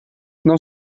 non